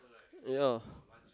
ya